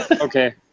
okay